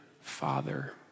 father